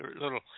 little